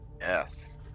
Yes